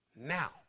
Now